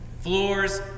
floors